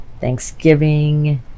thanksgiving